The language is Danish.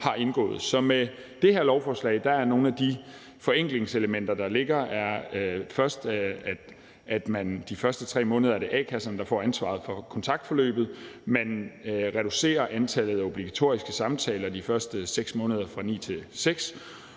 Med det her lovforslag er nogle af de forenklingselementer, der ligger, at det i de første 3 måneder er a-kasserne, der har ansvaret for kontaktforløbet, at man reducerer antallet af obligatoriske samtaler fra ni til seks